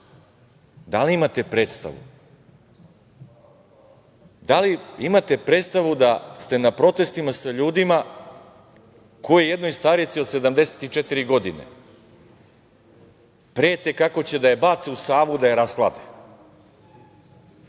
Da li imate predstavu? Da li imate predstavu da ste na protestima sa ljudima koji jednoj starici od 74 godine prete kako će da je bace u Savu da je rashlade